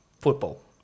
Football